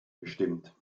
gestimmt